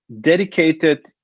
dedicated